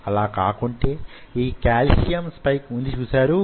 అలా కాకుంటే యీ కాల్షియం స్పైకింగ్ వుంది చూసారూ